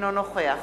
אינו נוכח